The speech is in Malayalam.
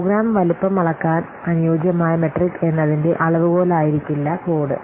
പ്രോഗ്രാം വലുപ്പം അളക്കാൻ അനുയോജ്യമായ മെട്രിക് എന്നതിന്റെ അളവുകോലായിരിക്കില്ല കോഡ്